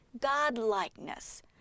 God-likeness